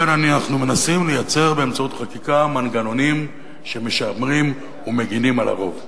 כאן אנחנו מנסים לייצר באמצעות חקיקה מנגנונים שמשמרים ומגינים על הרוב.